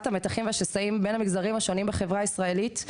המתחים והשסעים בין המגזרים השונים בחברה הישראלית,